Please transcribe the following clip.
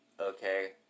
okay